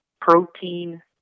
protein